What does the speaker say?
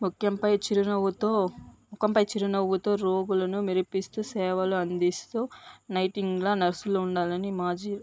ముఖ్యంపై చిరునవ్వుతో ముఖంపై చిరునవ్వుతో రోగులను మెరిపిస్తూ సేవలు అందిస్తూ నైటింగ్లా నర్సులు ఉండాలని మాజీ